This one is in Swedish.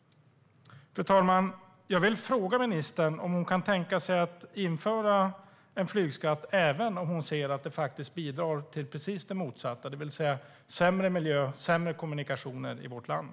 Fru talman! Jag vill fråga ministern om hon kan tänka sig att införa en flygskatt även om hon ser att det faktiskt bidrar till precis det motsatta, det vill säga sämre miljö och sämre kommunikationer i vårt land.